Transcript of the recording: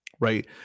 right